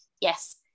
Yes